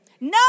No